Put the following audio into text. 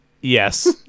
Yes